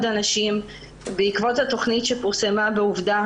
אנשים בעקבות התוכנית שפורסמה ב"עובדה"